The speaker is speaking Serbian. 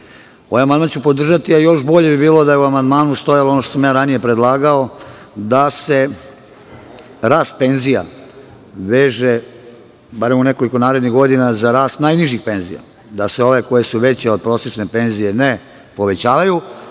amandman ću podržati, a još bolje bi bilo da je u amandmanu stajalo ono što sam ranije predlagao, da se rast penzija veže, barem u nekoliko narednih godina, za rast najnižih penzija, da se ove koje su veće od prosečne penzije ne povećavaju,